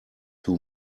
two